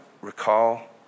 recall